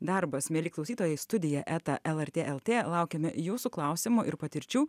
darbas mieli klausytojai studija eta lrt lt laukiame jūsų klausimų ir patirčių